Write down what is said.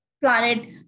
planet